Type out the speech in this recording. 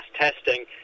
testing